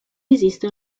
esiste